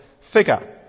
figure